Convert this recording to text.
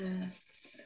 Yes